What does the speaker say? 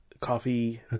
Coffee